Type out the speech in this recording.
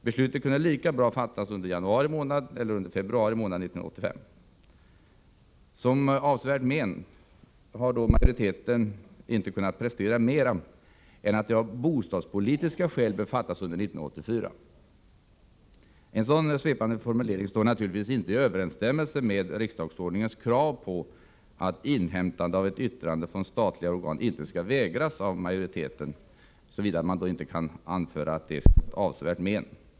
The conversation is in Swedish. Beslut kan lika gärna fattas i januari eller februari 1985. Det är ett avsevärt men att majoriteten inte kunnat prestera någonting mera utöver det man sagt om att beslutet av bostadspolitiska skäl bör fattas under 1984. En sådan svepande formulering står naturligtvis inte i överensstämmelse med riksdagsordningens krav på att inhämtande av ett yttrande från ett statligt organ inte skall vägras av majoriteten, såvida man inte kan anföra att det skulle vara till avsevärt men.